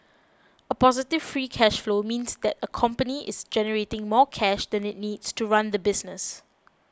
a positive free cash flow means that a company is generating more cash than it needs to run the business